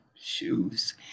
shoes